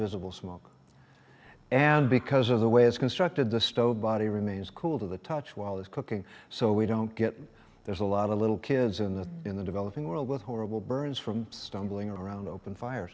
visible smoke and because of the way it's constructed the stove body remains cool to the touch while this cooking so we don't get there's a lot of little kids in the in the developing world with horrible burns from stumbling around open fire